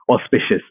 auspicious